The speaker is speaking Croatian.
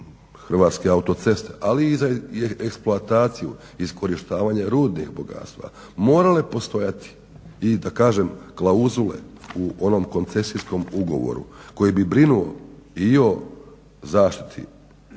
hrvatske autoceste, ali i za eksploataciju i iskorištavanje rudnih bogatstva morale postojati i da kažem klauzule u onom koncesijskom ugovoru koji bi brinuo i o zaštiti prirode,